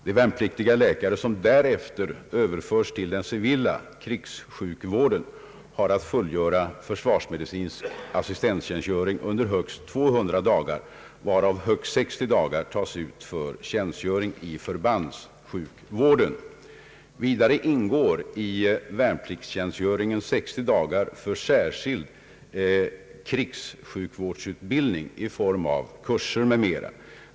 De värnpliktiga läkare, som därefter överförs till den civila krigssjukvården, har att fullgöra försvarsmedicinsk assistenttjänstgöring under högst 200 dagar, varav högst 60 dagar tas ut för tjänstgöring i förbandssjukvården. Vidare ingår i värnpliktstjänstgöringen 60 dagar för särskild krigssjukvårdsutbildning i form av kurser m.m.